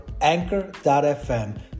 Anchor.fm